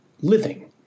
living